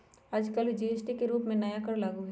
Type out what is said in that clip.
आजकल जी.एस.टी के रूप में नया कर लागू हई